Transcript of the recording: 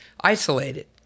isolated